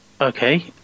Okay